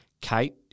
Kate